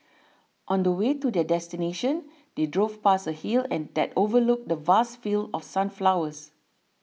on the way to their destination they drove past a hill and that overlooked the vast fields of sunflowers